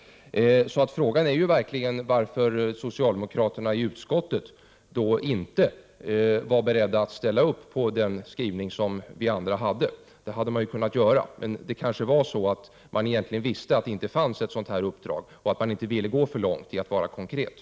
Frågan är då varför socialdemokraterna i utskottet inte var 95 beredda att gå med på den skrivning som vi andra föreslog. Det hade de kunnat göra, men de kanske visste att det inte fanns ett sådant här uppdrag och därför inte ville gå för långt när det gällde att vara konkreta.